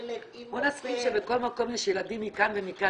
בואו נסכים שבכל מקום יש ילדים מכאן ומכאן.